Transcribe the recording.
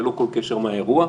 ללא כל קשר לאירוע.